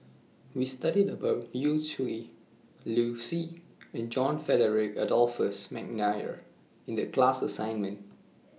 We studied about Yu Zhuye Liu Si and John Frederick Adolphus Mcnair in The class assignment